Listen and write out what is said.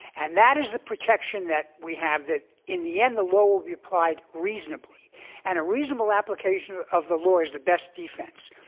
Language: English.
and that is the protection that we have that in the end the law will be applied reasonably and a reasonable application of the law is the best defense.